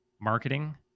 marketing